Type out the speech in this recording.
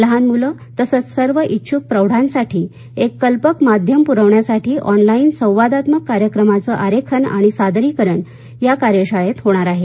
लहान मुलं तसंच सर्व इच्छुक प्रौढांसाठी एक कल्पक माध्यम पुरविण्यसाठी ऑनलाईन संवादात्मक कार्यक्रमांचं आरेखन आणि सादरीकरण या कार्यशाळेत होणार आहे